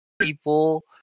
People